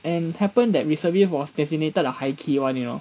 and happened that reservist was designated the high key one you know